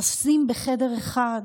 לשים בחדר אחד